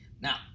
Now